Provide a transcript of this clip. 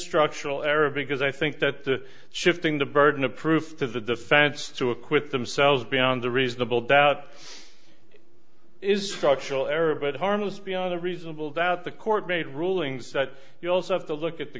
structural error because i think that the shifting the burden of proof to the defense to acquit themselves beyond the reasonable doubt is structural error but harmless beyond a reasonable doubt the court made rulings that you also have to look at the